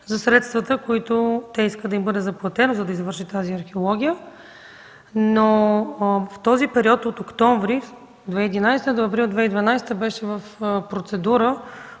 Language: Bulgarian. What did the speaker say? за средствата, които те искат да им бъде заплатено, за да извършат тази археология. Но в този период от октомври 2011 г. до април 2012 г. беше в процедура